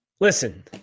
Listen